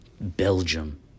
Belgium